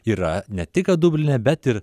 yra ne tik kad dubline bet ir